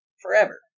forever